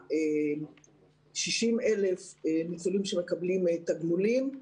יש לנו 60,000 ניצולים שמקבלים תגמולים.